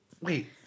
Wait